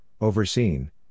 overseen